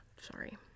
Sorry